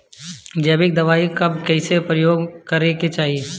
जैविक दवाई कब कैसे प्रयोग करे के चाही?